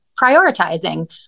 prioritizing